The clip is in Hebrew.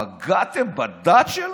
פגעתם בדת שלהם?